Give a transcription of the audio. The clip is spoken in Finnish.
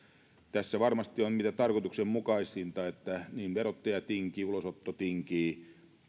tässä varmasti on mitä tarkoituksenmukaisinta että niin verottaja tinkii ulosotto tinkii